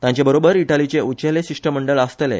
तांचे बरोबर इटालीचे उचेले शिष्टमंडळ आसतले